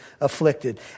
afflicted